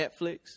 Netflix